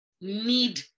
need